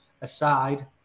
aside